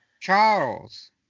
Charles